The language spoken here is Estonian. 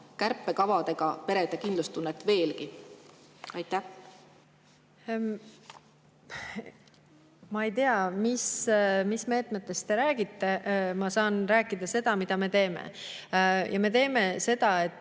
kärpekavadega perede kindlustunnet veelgi. Ma ei tea, mis meetmetest te räägite, ma saan rääkida seda, mida me teeme. Me teeme